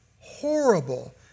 horrible